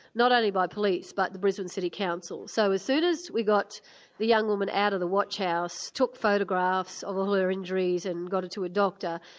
not only by police but the brisbane city council, so as soon as we got the young woman out of the watch-house, took photographs of all her injuries and got her to a doctor,